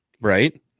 right